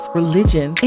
religion